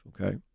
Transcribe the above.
okay